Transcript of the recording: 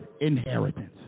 inheritance